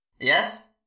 Yes